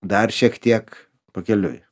dar šiek tiek pakeliui